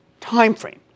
Timeframe